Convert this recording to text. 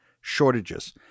shortages